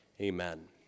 Amen